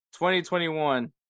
2021